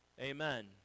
Amen